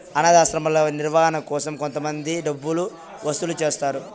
అనాధాశ్రమాల నిర్వహణ కోసం కొంతమంది డబ్బులు వసూలు చేస్తారు